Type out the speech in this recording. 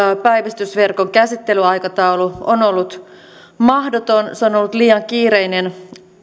päivystysverkon käsittelyaikataulu on ollut mahdoton se on ollut liian kiireinen